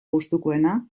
gustukoena